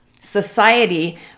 society